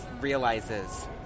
realizes